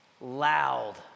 Loud